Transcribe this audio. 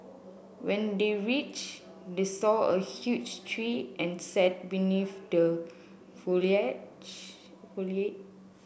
when they reached they saw a huge tree and sat beneath the foliage